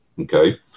Okay